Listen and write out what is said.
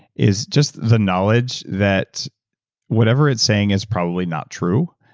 is just the knowledge that whatever it's saying is probably not true.